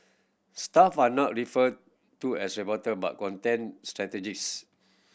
staff are not referred to as reporter but content strategists